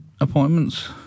appointments